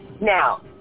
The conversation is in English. Now